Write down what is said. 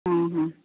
ହଁ ହଁ